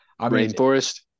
Rainforest